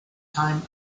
time